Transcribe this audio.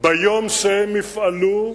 ביום שהם יפעלו,